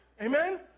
Amen